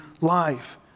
life